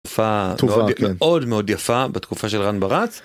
תופעה מאוד מאוד יפה בתקופה של רן ברץ.